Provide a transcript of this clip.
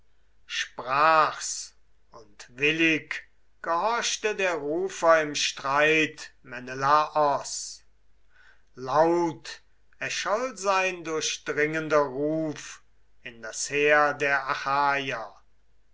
sprach's und willig gehorchte der rufer im streit menelaos laut erscholl sein durchdringender ruf in das heer der